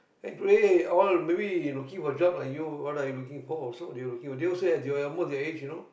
today all maybe looking for job like you what are you looking for so they will looking they also as your almost your age you know